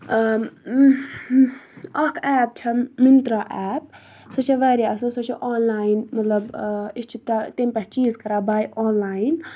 اَکھ ایپ چھَ مِنترٛا ایپ سۄ چھےٚ واریاہ اَصٕل سۄ چھےٚ آنلاین مطلب أسۍ چھِ تا تَمہِ پٮ۪ٹھ چیٖز کَران بَے آنلاین